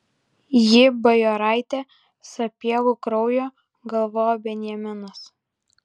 ji bajoraitė sapiegų kraujo galvojo benjaminas